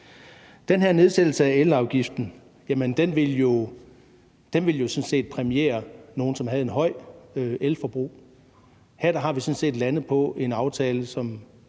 nedsættelse af elafgiften ville jo sådan set præmiere nogle, som havde et højt elforbrug. Her er vi sådan set landet på en aftale,